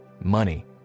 money